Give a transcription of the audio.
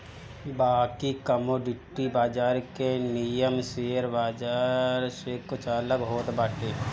बाकी कमोडिटी बाजार के नियम शेयर बाजार से कुछ अलग होत बाटे